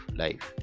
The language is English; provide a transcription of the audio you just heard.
life